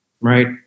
right